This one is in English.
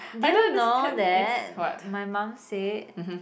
do you know that my mum said